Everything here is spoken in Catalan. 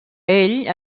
ell